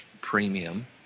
premium